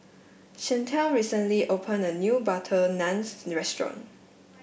Shantel recently opened a new butter naan restaurant